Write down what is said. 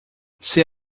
ser